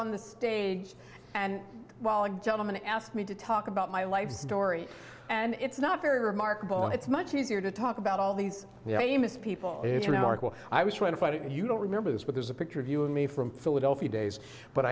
on the stage and while it gentleman asked me to talk about my life story and it's not very remarkable and it's much easier to talk about all these people it's remarkable i was trying to fight it and you don't remember this but there's a picture of you and me from philadelphia days but